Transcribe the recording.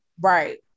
Right